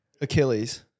Achilles